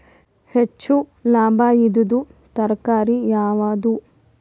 ಹೆಚ್ಚು ಲಾಭಾಯಿದುದು ತರಕಾರಿ ಯಾವಾದು?